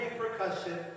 repercussion